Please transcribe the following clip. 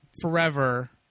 Forever